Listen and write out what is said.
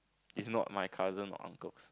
it's not my cousin or uncle's